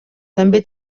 també